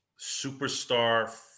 superstar